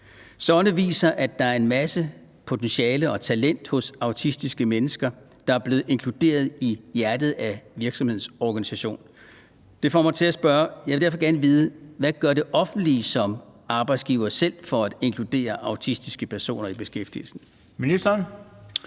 Sonne viser, at der er en masse potentiale og talent hos autistiske mennesker, der er blevet inkluderet i hjertet af virksomhedens organisation. Jeg vil derfor gerne vide: Hvad gør det offentlige som arbejdsgiver selv for at inkludere autistiske personer i beskæftigelsen? Kl.